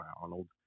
Arnold